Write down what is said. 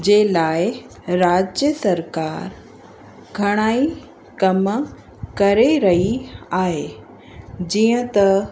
जे लाइ राज्य सरकारि घणेई कमु करे रही आहे जीअं त